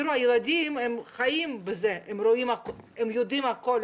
הילדים חיים בזה, הם רואים ויודעים הכול.